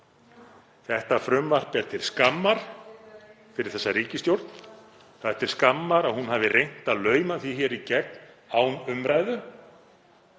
Þetta frumvarp er til skammar fyrir þessa ríkisstjórn. Það er til skammar að hún hafi reynt að lauma því hér í gegn án umræðu.